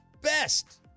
best